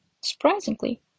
surprisingly